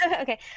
okay